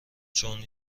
چون